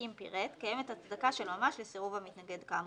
אם פירט, קיימת הצדקה של ממש לסירוב המתנגד כאמור.